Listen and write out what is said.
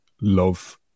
love